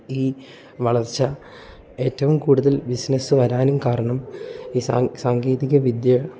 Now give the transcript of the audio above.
ഈ വളർച്ച ഏറ്റവും കൂടുതൽ ബിസിനസ്സ് വരാനും കാരണം ഈ സാങ്കേതിക വിദ്യ